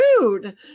rude